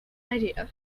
idea